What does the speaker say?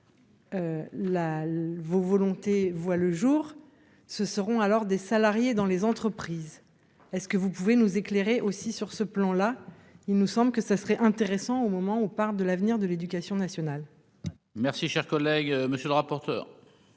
vos volontés voit le jour, ce seront alors des salariés dans les entreprises est-ce que vous pouvez nous éclairer aussi sur ce plan là, il nous semble que ça serait intéressant au moment où on parle de l'avenir de l'éducation nationale. Merci, cher collègue, monsieur le rapporteur.